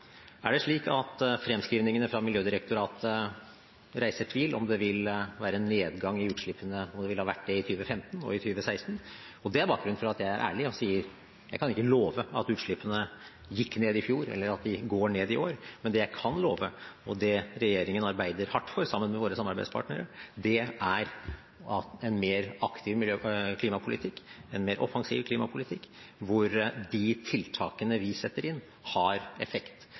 er det slik at fremskrivningene fra Miljødirektoratet reiser tvil om det vil være en nedgang i utslippene, om det ville ha vært det i 2015 og i 2016, og det er bakgrunnen for at jeg er ærlig og sier at jeg kan ikke love at utslippene gikk ned i fjor, eller at de går ned i år. Men det jeg kan love, og det regjeringen arbeider hardt for – sammen med våre samarbeidspartnere – er en mer aktiv klimapolitikk, en mer offensiv klimapolitikk, hvor de tiltakene vi setter inn, har effekt.